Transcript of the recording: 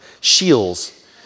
Shields